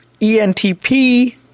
ENTP